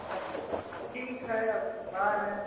अब ठीक है अब आ रहे हैं